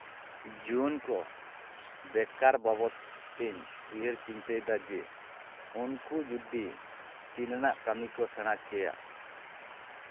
ᱡᱩᱣᱟᱹᱱ ᱠᱚ ᱵᱮᱠᱟᱨ ᱵᱟᱵᱚᱫ ᱛᱮᱧ ᱩᱭᱦᱟᱹᱨ ᱪᱤᱱᱛᱟᱹᱭᱮᱫᱟ ᱡᱮ ᱩᱱᱠᱩ ᱡᱚᱫᱤ ᱛᱤ ᱨᱮᱱᱟᱜ ᱠᱟᱹᱢᱤ ᱠᱚ ᱥᱮᱬᱟ ᱠᱮᱭᱟ